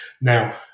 now